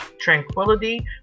tranquility